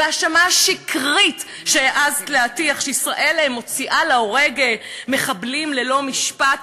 וההאשמה השקרית שהעזת להטיח שישראל מוציאה להורג מחבלים ללא משפט,